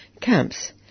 camps